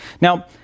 Now